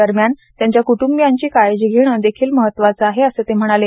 दरम्यान त्यांच्या क्ट्ंबियांची काळजी घेण देखील महत्वाच आहे असं ते म्हणाले